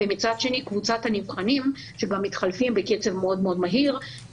ומצד שני קבוצת נבחנים שגם מתחלפים בקצב מאוד-מאוד מהיר,